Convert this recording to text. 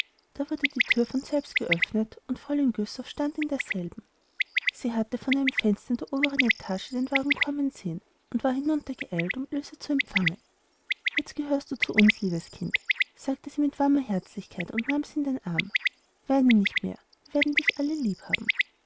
da wurde die thür von selbst geöffnet und fräulein güssow stand in derselben sie hatte von einem fenster in der oberen etage den wagen kommen sehen und war hinuntergeeilt um ilse zu empfangen jetzt gehörst du zu uns liebes kind sagte sie mit warmer herzlichkeit und nahm sie in den arm weine nicht mehr wir werden dich alle lieb haben